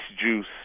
juice